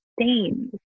stains